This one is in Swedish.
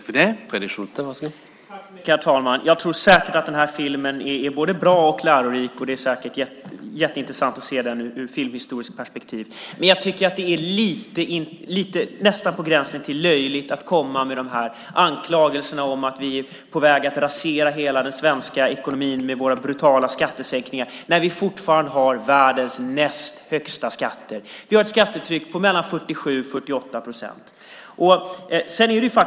Herr talman! Jag tror säkert att den där filmen är både bra och lärorik, och det är säkert jätteintressant att se den ur ett filmhistoriskt perspektiv. Men jag tycker att det är på gränsen till löjligt att komma med anklagelser om att vi är på väg att rasera hela den svenska ekonomin med våra brutala skattesänkningar när vi fortfarande har världens näst högsta skatter. Vi har ett skattetryck på mellan 47 och 48 procent.